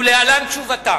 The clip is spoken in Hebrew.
ולהלן תשובתה: